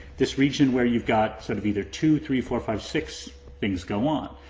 this region where you got sort of either two, three, four, five six things go on,